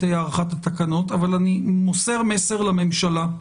הארכת התקנות אבל אני מוסר מסר לממשלה,